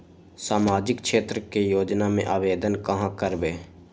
सामाजिक क्षेत्र के योजना में आवेदन कहाँ करवे?